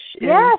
Yes